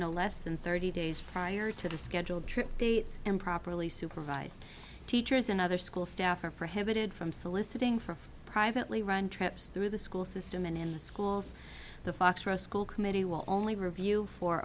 no less than thirty days prior to the scheduled trip dates and properly supervised teachers and other school staff are prohibited from soliciting for privately run trips through the school system and in the schools the foxborough school committee will only review for